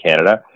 Canada